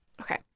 Okay